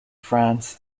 france